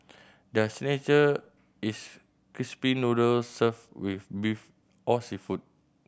their is crispy noodles served with beef or seafood